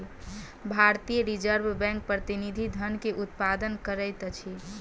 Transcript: भारतीय Reserve Bank प्रतिनिधि धन के उत्पादन करैत अछि